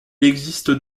existe